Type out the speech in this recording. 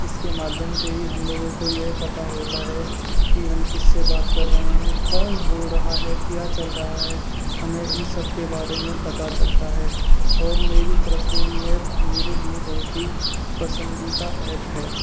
इसके माध्यम से ही हम लोगों को यह पता होता है कि हम किससे बात कर रहे हैं कौन बोल रहा है क्या चल रहा है हमें इस सब के बारे में पता चलता है और मेरी तरफ से यह मेरे लिए बहुत ही पसंदीदा एप है